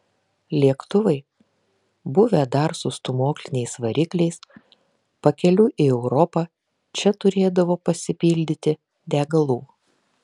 lėktuvai buvę dar su stūmokliniais varikliais pakeliui į europą čia turėdavo pasipildyti degalų